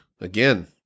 again